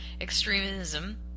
extremism